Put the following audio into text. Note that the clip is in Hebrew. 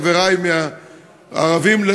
חברי הערבים,